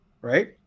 right